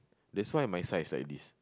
that's why my size like this